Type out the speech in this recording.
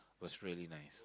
was really nice